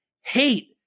hate